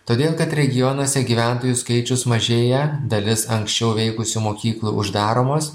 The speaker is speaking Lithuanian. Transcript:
todėl kad regionuose gyventojų skaičius mažėja dalis anksčiau veikusių mokyklų uždaromos